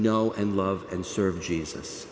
know and love and serve jesus